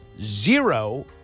zero